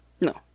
No